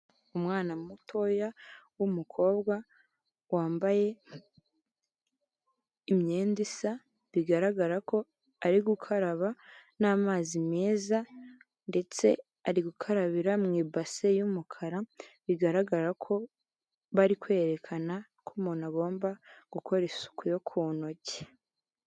Umwana mutoya w'umukobwa, wambaye imyenda isa, bigaragara ko ari gukaraba n'amazi meza ndetse ari gukarabira mu ibase y'umukara, bigaragara ko bari kwerekana ko umuntu agomba gukora isuku yo ku ntoki.